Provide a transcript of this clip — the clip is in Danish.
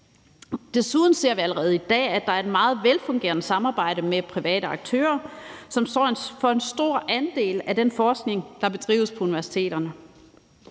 Desuden ser vi allerede i dag, at der er et meget velfungerende samarbejde med private aktører, som står for en stor andel af den forskning, der bedrives på universiteterne.